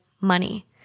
money